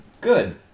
Good